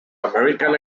american